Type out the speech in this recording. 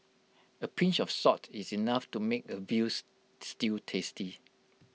A pinch of salt is enough to make A veal stew tasty